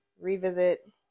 revisit